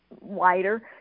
wider